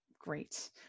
great